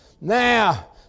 Now